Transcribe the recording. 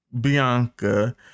Bianca